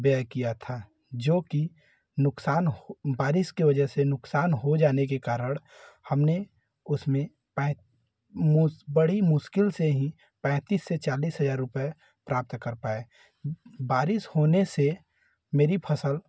व्यय किया था जोकि नुकसान बारिश के वजह से नुकसान हो जाने के कारण हमने उसमें पै मूस बड़ी मुश्किल से ही पैंतीस से चालीस हज़ार रुपए प्राप्त कर पाए बारिश होने से मेरी फ़सल